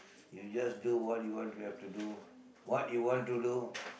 you just do what you want to have to do what you want to do